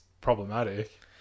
problematic